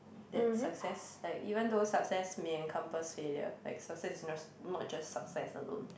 that's success like even though success may encompass failure like success is not not just success alone